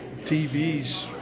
TVs